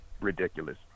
ridiculous